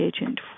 agent